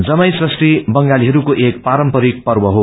जमाई पष्ठी बंगालीहरूको एक पारम्परिक पर्व हो